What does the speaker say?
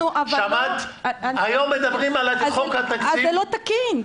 זה לא תקין.